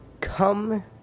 come